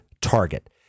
target